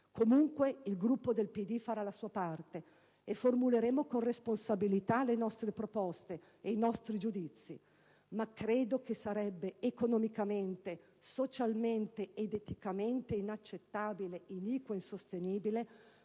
Comunque, il Gruppo del Partito Democratico farà la sua parte e formuleremo con responsabilità le nostre proposte e i nostri giudizi, ma credo che sarebbe economicamente, socialmente ed eticamente inaccettabile, iniquo ed insostenibile